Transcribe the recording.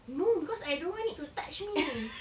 no because I don't want it to touch me